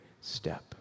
step